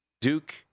Duke